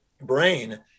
brain